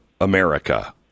America